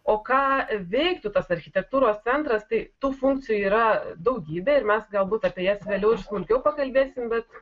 o ką veiktų tas architektūros centras tai tų funkcijų yra daugybė ir mes galbūt apie jas vėliau ir smulkiau pakalbėsim bet